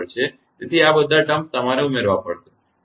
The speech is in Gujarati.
તેથી આ બધા શબ્દોશરતો તમારે ઉમેરવા પડશે